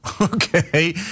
okay